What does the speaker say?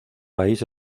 país